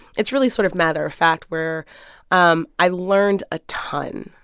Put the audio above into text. it's really sort of matter of fact where um i learned a ton.